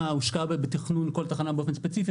הושקע בתכנון כל תחנה באופן ספציפי,